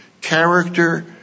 Character